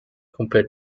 compared